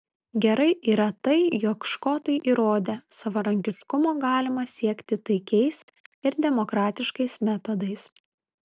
gerai yra tai jog škotai įrodė savarankiškumo galima siekti taikiais ir demokratiškais metodais